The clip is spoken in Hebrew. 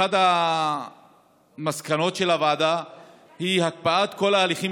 אחת המסקנות של הוועדה היא הקפאת כל ההליכים